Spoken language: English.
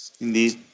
Indeed